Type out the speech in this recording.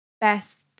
best